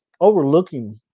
Overlooking